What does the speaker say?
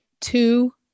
two